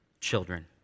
children